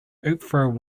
oprah